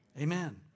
Amen